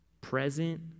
present